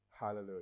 hallelujah